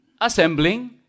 assembling